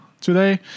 today